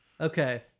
Okay